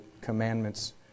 commandments